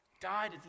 died